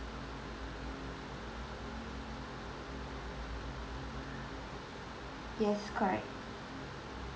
yes correct